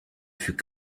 fut